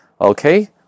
okay